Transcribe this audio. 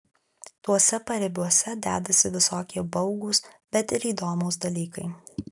tuose paribiuose dedasi visokie baugūs bet ir įdomūs dalykai